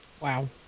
Wow